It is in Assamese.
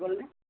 ক'লৈ